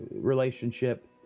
relationship